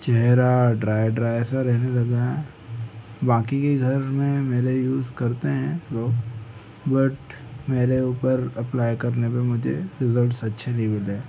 चेहरा dry dry सा रहने लगा बाकी के घर में मेरे यूज करते हैं लोग बट मेरे ऊपर अप्लाई करने पर मुझे रिजल्ट्स अच्छे नहीं मिले